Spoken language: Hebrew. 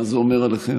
מה זה אומר עליכם?